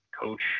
coach